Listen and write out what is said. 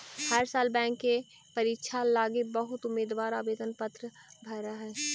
हर साल बैंक के परीक्षा लागी बहुत उम्मीदवार आवेदन पत्र भर हई